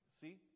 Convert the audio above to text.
See